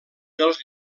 dels